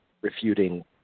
refuting